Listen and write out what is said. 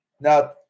now